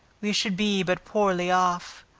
we should be but poorly off.